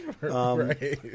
Right